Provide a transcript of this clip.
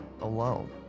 alone